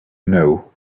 know